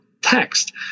text